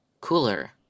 cooler